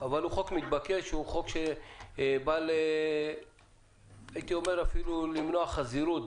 אבל הוא חוק מתבקש שבא אפילו למנוע חזירות,